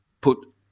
put